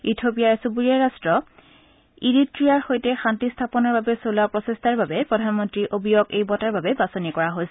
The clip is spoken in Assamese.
ইথিঅপিয়াৰ চুবুৰীয়া ৰাট্ট ইৰীট্টিয়াৰ সৈতে শান্তি স্থাপনৰ বাবে চলোৱা প্ৰচেষ্টাৰ বাবে প্ৰধানমন্তী অবিয়ক এই বঁটাৰ বাবে বাছনি কৰা হৈছে